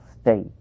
state